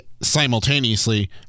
simultaneously